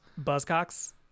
Buzzcocks